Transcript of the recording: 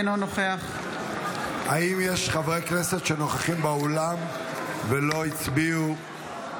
אינו נוכח האם יש חברי כנסת שנוכחים באולם ולא הצביעו?